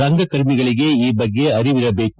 ರಂಗ ಕರ್ಮಿಗಳಿಗೆ ಈ ಬಗ್ಗೆ ಅರಿವಿರದೇಕು